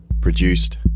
produced